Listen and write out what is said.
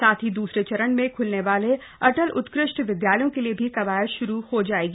साथ ही दूसरे चरण में खुलने वाले अटल उत्कृष्ट विद्यालयों के लिए भी कवायद श्रू हो जाएगी